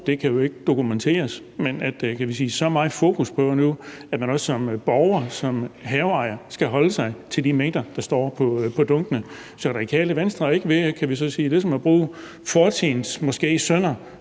det kan jo ikke dokumenteres – så meget fokus på nu, at man også som borger, som haveejer skal holde sig til de mængder, der står på dunkene. Så er Radikale Venstre ikke ved ligesom at bruge fortidens synder